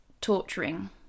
torturing